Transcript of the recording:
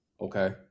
Okay